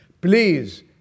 Please